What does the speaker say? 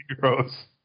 gross